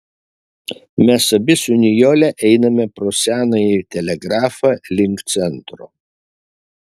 mes abi su nijole einame pro senąjį telegrafą link centro